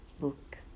book